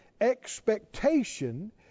expectation